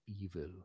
evil